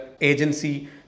agency